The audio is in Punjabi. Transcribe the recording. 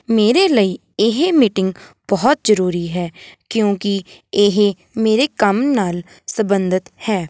ਮੇਰੇ ਲਈ ਇਹ ਮੀਟਿੰਗ ਬਹੁਤ ਜ਼ਰੂਰੀ ਹੈ ਕਿਉਂਕਿ ਇਹ ਮੇਰੇ ਕੰਮ ਨਾਲ ਸੰਬੰਧਿਤ ਹੈ